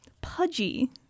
pudgy